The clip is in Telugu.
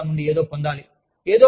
వారు ప్రోగ్రామ్ నుండి ఏదో పొందాలి